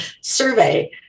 survey